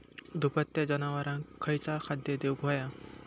दुभत्या जनावरांका खयचा खाद्य देऊक व्हया?